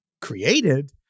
created